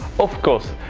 of course,